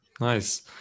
Nice